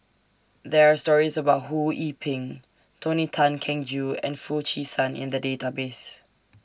There Are stories about Ho Yee Ping Tony Tan Keng Joo and Foo Chee San in The Database